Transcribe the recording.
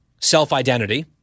self-identity